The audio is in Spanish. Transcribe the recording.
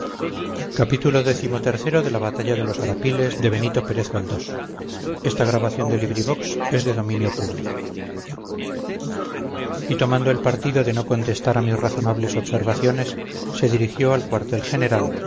y tomando el partido de no contestar a mis razonables observaciones se dirigió al cuartel general